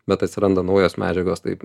bet atsiranda naujos medžiagos taip